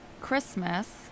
Christmas